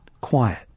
quiet